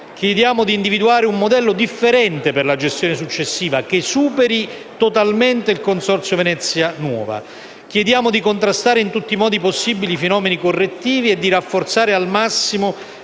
chiediamo di individuare un modello differente per la gestione successiva, che superi totalmente il Consorzio Venezia nuova; chiediamo di contrastare in tutti i modi possibili i fenomeni corruttivi e di rafforzare al massimo